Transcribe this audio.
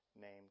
named